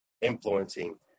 influencing